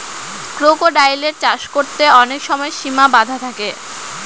ক্রোকোডাইলের চাষ করতে অনেক সময় সিমা বাধা থাকে